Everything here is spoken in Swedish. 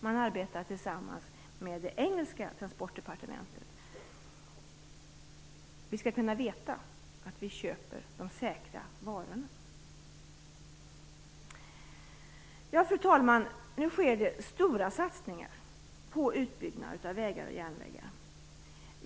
Man arbetar tillsammans med det engelska transportdepartementet. Vi skall veta att vi köper säkra varor. Fru talman! Nu sker det stora satsningar på utbyggnad av vägar och järnvägar.